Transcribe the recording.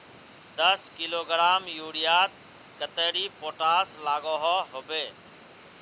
दस किलोग्राम यूरियात कतेरी पोटास लागोहो होबे?